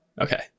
okay